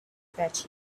that